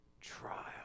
trial